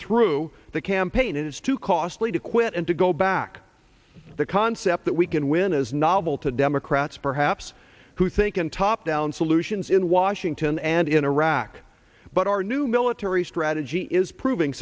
through the campaign it is too costly to quit and to go back the concept that we can win is novel to democrats perhaps who think in top down solutions in washington and in iraq but our new military strategy is prov